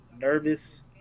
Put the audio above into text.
nervous